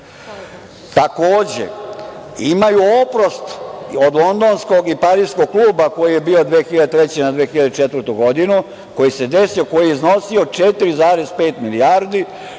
milijardi. Imaju oprost od Londonskog i Pariskog kluba koji je bio 2003. na 2004. godinu, a koji je iznosio 4,5 milijardi,